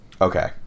Okay